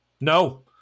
No